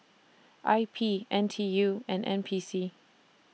I P N T U and N P C